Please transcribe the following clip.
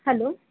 hello